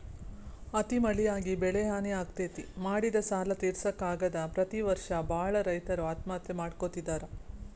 ಅತಿ ಮಳಿಯಾಗಿ ಬೆಳಿಹಾನಿ ಆಗ್ತೇತಿ, ಮಾಡಿದ ಸಾಲಾ ತಿರ್ಸಾಕ ಆಗದ ಪ್ರತಿ ವರ್ಷ ಬಾಳ ರೈತರು ಆತ್ಮಹತ್ಯೆ ಮಾಡ್ಕೋತಿದಾರ